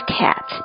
cat